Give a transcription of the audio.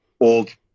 old